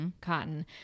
cotton